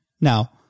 Now